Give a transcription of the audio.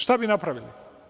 Šta bi napravili?